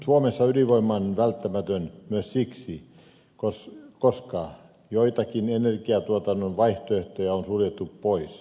suomessa ydinvoima on välttämätön myös siksi koska joitakin energiatuotannon vaihtoehtoja on suljettu pois